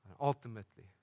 ultimately